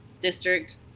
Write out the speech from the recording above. district